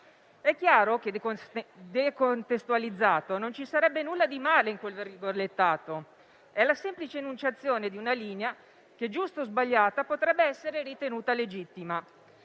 È chiaro che, decontestualizzato, non ci sarebbe nulla di male in quel virgolettato. È la semplice enunciazione di una linea che, giusta o sbagliata, potrebbe essere ritenuta legittima;